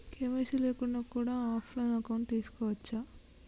KYC లేకుండా కూడా offline account తీసుకోవచ్చా?